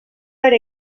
era